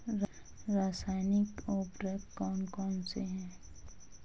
रासायनिक उर्वरक कौन कौनसे हैं?